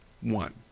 One